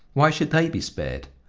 why should they be spared?